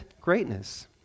greatness